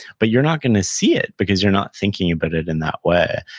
but you're not gonna see it because you're not thinking about it in that way,